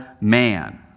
man